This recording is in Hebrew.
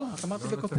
לא רק אמרתי את הכותרת.